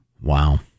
Wow